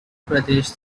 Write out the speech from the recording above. pradesh